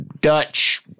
Dutch